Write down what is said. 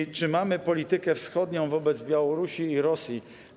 I czy mamy politykę wschodnią wobec Białorusi i Rosji?